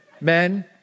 Men